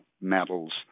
metals